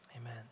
amen